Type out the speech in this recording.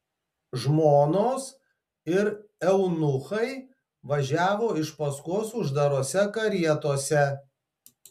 žmonos ir eunuchai važiavo iš paskos uždarose karietose